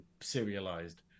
serialized